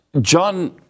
John